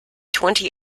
twenty